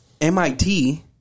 MIT